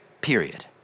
period